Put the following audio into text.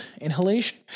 inhalation